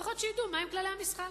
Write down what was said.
לפחות שידעו מהם כללי המשחק.